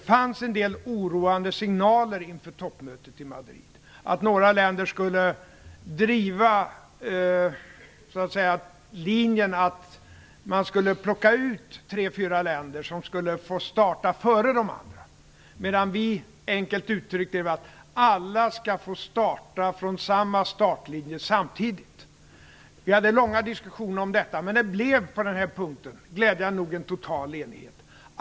Det fanns inför toppmötet i Madrid en del oroande signaler om att några länder skulle driva linjen att tre fyra länder skulle plockas ut och få starta före de andra. Vi menade, enkelt uttryckt, att alla skall få starta från samma startlinje samtidigt. Vi hade långa diskussioner om detta. På den här punkten blev det dock, glädjande nog, total enighet.